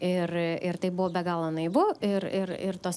ir ir tai buvo be galo naivu ir ir ir tos